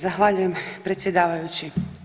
Zahvaljujem predsjedavajući.